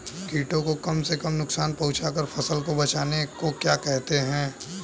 कीटों को कम से कम नुकसान पहुंचा कर फसल को बचाने को क्या कहते हैं?